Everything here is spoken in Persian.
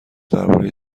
درباره